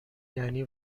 یعنی